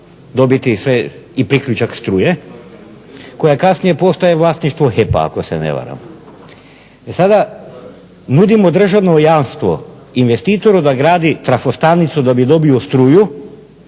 dobiti sve i priključak struje koja kasnije postaje vlasništvo HEP-a ako se ne varam. Sada nudimo državno jamstvo investitoru da gradi trafostanicu da bi dobio struju